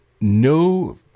no